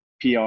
PR